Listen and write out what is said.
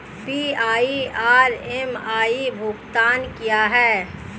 PI और MI भुगतान क्या हैं?